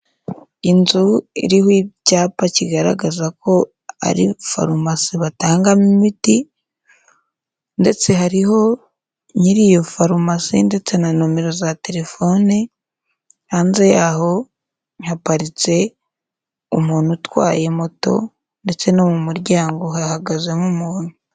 Inzu iriho icyapa kigaragaza ko ari farumasi batangamo imiti ndetse hariho nyir'iyo farumasi ndetse na nomero za telefone, hanze yaho haparitse umuntu utwaye moto ndetse no mu muryango hahagazemo umuntu.